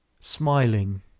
smiling